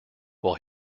while